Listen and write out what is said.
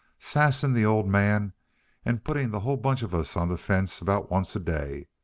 sassing the old man and putting the hull bunch of us on the fence about once a day.